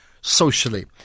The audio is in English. socially